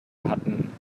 hatten